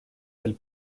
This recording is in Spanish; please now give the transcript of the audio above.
del